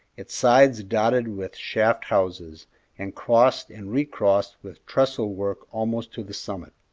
its sides dotted with shaft-houses and crossed and recrossed with trestle-work almost to the summit.